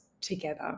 together